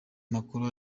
macron